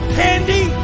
candy